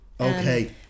okay